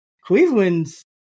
Cleveland's